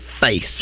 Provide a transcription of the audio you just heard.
face